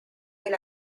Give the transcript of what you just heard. del